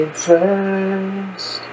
first